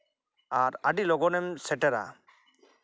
ᱟᱨ ᱟᱹᱰᱤ ᱞᱚᱜᱚᱱᱮᱢ ᱥᱮᱴᱮᱨᱟ